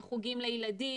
חוגים לילדים,